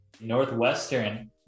Northwestern